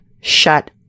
shut